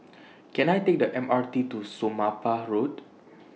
Can I Take The M R T to Somapah Road